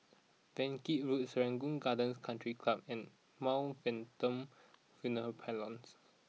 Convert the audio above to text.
Yan Kit Road Serangoon Gardens Country Club and Mount Venton Funeral Parlours